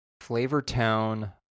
Flavortown